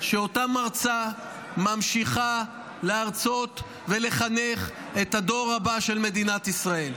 שאותה מרצה ממשיכה להרצות ולחנך את הדור הבא של מדינת ישראל.